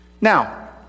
Now